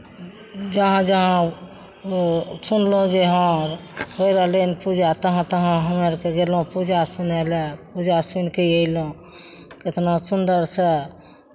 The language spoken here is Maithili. जहाँ जहाँ सुनलहुँ जे हँ होय रहलै हन पूजा तहाँ तहाँ हम अरके गेलहुँ पूजा सुनय लए पूजा सुनि कऽ अयलहुँ कितना सुन्दरसँ